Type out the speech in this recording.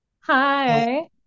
Hi